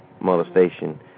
molestation